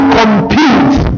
compete